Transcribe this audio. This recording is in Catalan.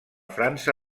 frança